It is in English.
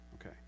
okay